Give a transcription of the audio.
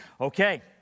Okay